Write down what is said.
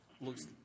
looks